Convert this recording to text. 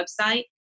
website